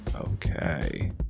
Okay